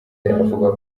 avuga